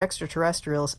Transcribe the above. extraterrestrials